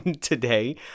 today